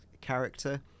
character